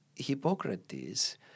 Hippocrates